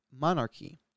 monarchy